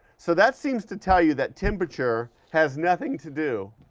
so that seems to tell you that temperature has nothing to do